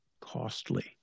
costly